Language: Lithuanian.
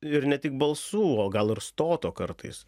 ir ne tik balsų o gal ir stoto kartais